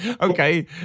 okay